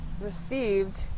received